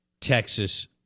Texas